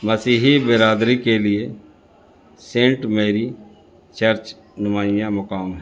مسیحی برادری کے لیے سینٹ میری چرچ نمایاں مقام ہے